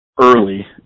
early